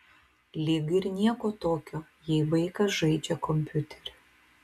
lyg ir nieko tokio jei vaikas žaidžia kompiuteriu